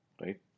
Right